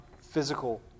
physical